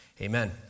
Amen